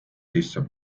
sisse